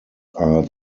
are